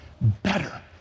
better